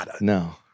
No